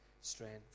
strength